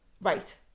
Right